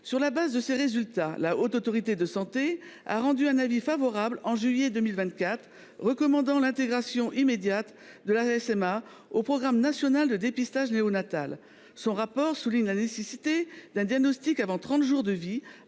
Sur la base de ces résultats, la Haute Autorité de santé (HAS) a rendu un avis favorable en juillet 2024, recommandant l’intégration immédiate de la SMA dans le programme national de dépistage néonatal. Elle souligne dans son rapport la nécessité d’un diagnostic avant 30 jours de vie,